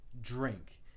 drink